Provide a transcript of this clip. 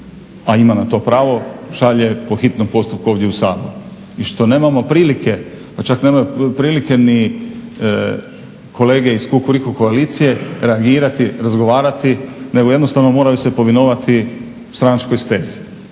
a ima na to pravo, šalje po hitnom postupku ovdje u Sabor i što nemamo prilike, pa čak nemaju prilike ni kolege iz Kukuriku koalicije reagirati, razgovarati, nego jednostavno moraju se povinovati stranačkoj stezi.